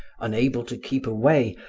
unable to keep away,